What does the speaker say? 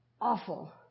awful